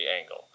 angle